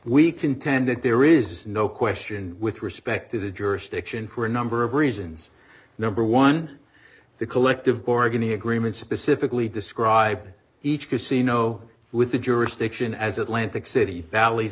contend that there is no question with respect to the jurisdiction for a number of reasons number one the collective bargaining agreement specifically describe each casino with the jurisdiction as atlantic city ball